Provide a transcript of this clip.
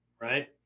Right